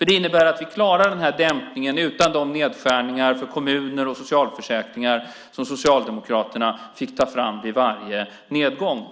Det innebär att vi klarar denna dämpning utan de nedskärningar för kommuner och socialförsäkringar som Socialdemokraterna fick ta fram vid varje nedgång.